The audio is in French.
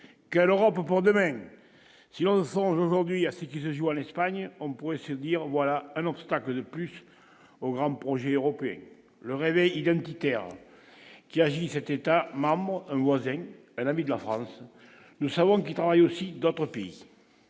quelle Europe pour demain si on vend aujourd'hui à ce qui se joue à l'Espagne, on pourrait se dire : voilà un obstacle de plus au grand projet européen le réveil identitaire qui agissait États membres un voisin, un ami de la France, nous savons qu'travaille aussi d'autres pays.